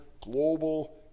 global